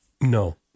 No